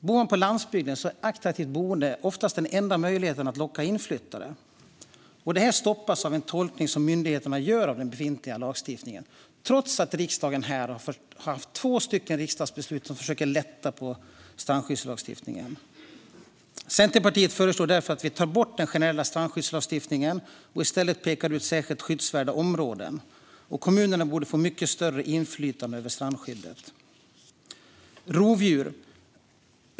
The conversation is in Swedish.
Bor man på landsbygden är ett attraktivt boende oftast den enda möjligheten att locka inflyttare. Detta stoppas av den tolkning som myndigheter gör av den befintliga lagstiftningen trots att riksdagen har fattat två beslut för att lätta på strandskyddslagstiftningen. Centerpartiet föreslår därför att man ska ta bort den generella strandskyddslagstiftningen och i stället peka ut särskilt skyddsvärda områden. Kommunerna borde få ett mycket större inflytande över strandskyddet.